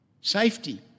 safety